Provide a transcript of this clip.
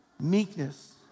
Meekness